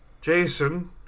Jason